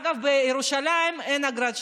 אגב, בירושלים אין אגרת שמירה.